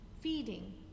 feeding